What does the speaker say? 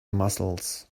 muscles